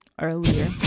earlier